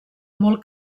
molt